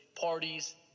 parties